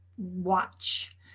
watch